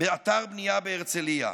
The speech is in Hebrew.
באתר בנייה בהרצליה.